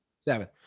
Seven